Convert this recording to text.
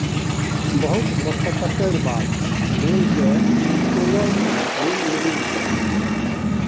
बहुत मशक्कतेर बाद बैंक स उत्तोलन ऋण मिलील छ